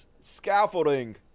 scaffolding